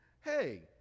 hey